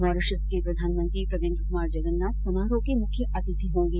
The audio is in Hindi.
मॉरीशस के प्रधानमंत्री प्रविन्द्र कुमार जगन्नाथ समारोह के मुख्य अतिथि होंगे